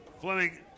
Fleming